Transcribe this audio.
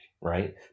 right